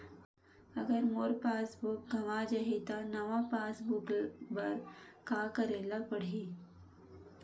अगर मोर passbook गवां जाहि त नवा पास बुक बर का करे ल पड़हि?